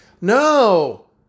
no